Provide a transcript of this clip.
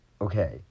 Okay